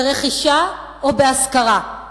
ברכישה או בהשכרה.